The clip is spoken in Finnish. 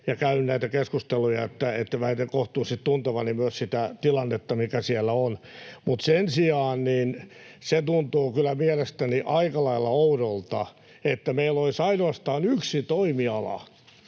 käynyt näitä keskusteluja, eli väitän kohtuullisesti tuntevani myös sitä tilannetta, mikä siellä on. Sen sijaan se tuntuu kyllä mielestäni aika lailla oudolta, että meillä olisi ainoastaan yksi toimiala,